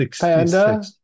Panda